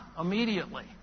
immediately